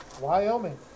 Wyoming